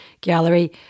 gallery